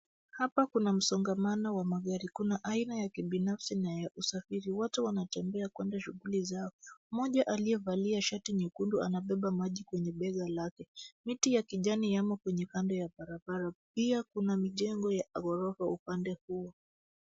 Hapa kuna msongamano wa magari. Kuna aina ya kibinafsi na ya usafiri. Watu wanatembea kuenda shughuli zao, mmoja aliyevalia shati nyekundu anabeba maji kwenye bega lake. Miti ya kijani yamo kwenye kando ya barabara. Pia kuna mijengo ya ghorofa upande huo.